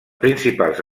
principals